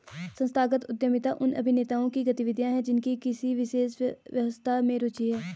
संस्थागत उद्यमिता उन अभिनेताओं की गतिविधियाँ हैं जिनकी किसी विशेष व्यवस्था में रुचि है